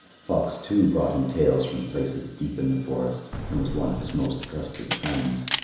fox too brought him tales from places deep in the forest, and was one of his most trusted friends.